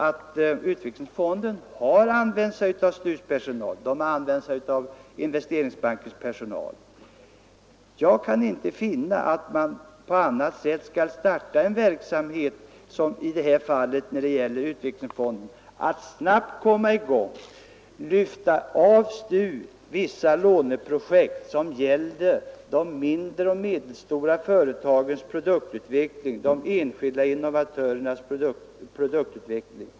Därför använde den sig av STU:s och Investeringsbankens personal. Jag kan inte finna att man på annat sätt kan starta en verksamhet. Det gällde ju att snabbt komma i gång och lyfta av STU vissa låneprojekt rörande de mindre och medelstora företagens — de enskilda innovatörernas — produktutveckling.